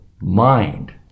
mind